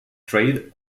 trade